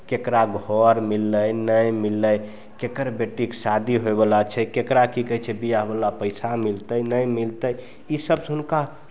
ककरा घर मिललै नहि मिललै ककर बेटीक शादी होयवला छै ककरा की कहै छै बियाहवला पैसा मिलतै नहि मिलतै ई सभसँ हुनका